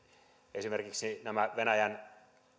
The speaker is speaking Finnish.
esimerkiksi nämä venäjän